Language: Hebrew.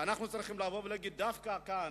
ואנחנו צריכים לבוא ולהגיד, דווקא כאן,